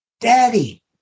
Daddy